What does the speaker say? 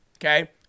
okay